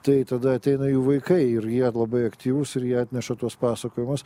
tai tada ateina jų vaikai ir jie labai aktyvūs ir jie atneša tuos pasakojimus